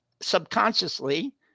subconsciously